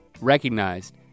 recognized